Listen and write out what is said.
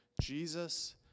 Jesus